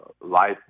life